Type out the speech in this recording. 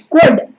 good